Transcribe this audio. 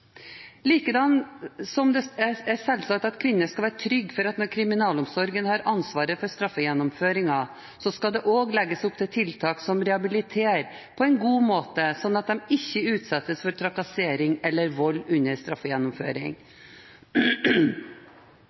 Likedan er det selvsagt at kvinner skal være trygge for at når kriminalomsorgen har ansvaret for straffegjennomføringen, skal det også legges opp til tiltak som rehabiliterer på en god måte, slik at de ikke utsettes for trakassering eller vold under straffegjennomføring.